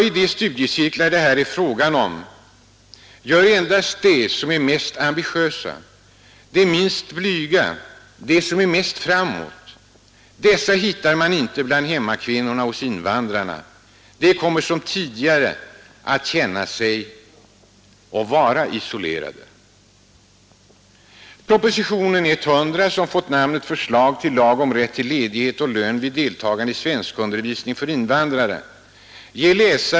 I de studiecirklar det här är fråga om deltar dock endast de som är mest ambitiösa, de minst blyga, de som är mest framåt. Dessa hittar man inte bland hemmakvinnorna hos invandrarna. De kommer som tidigare att både känna sig och vara isolerade.